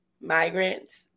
migrants